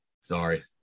Sorry